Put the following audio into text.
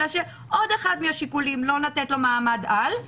אלא עוד אחד מהשיקולים ולא לתת לו מעמד על.